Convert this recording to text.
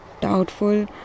doubtful